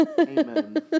Amen